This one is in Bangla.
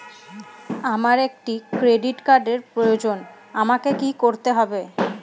আমার একটি ক্রেডিট কার্ডের প্রয়োজন আমাকে কি করতে হবে?